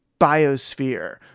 biosphere